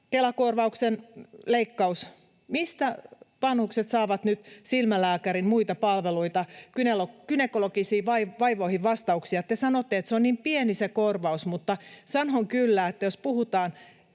Kela-korvauksen leikkaus. Mistä vanhukset saavat nyt silmälääkärin, muita palveluita, gynekologisiin vaivoihin vastauksia? Te sanotte, että on niin pieni se korvaus, mutta sanon kyllä, että jos puhutaan